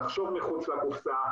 לחשוב מחוץ לקופסה